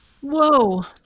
Whoa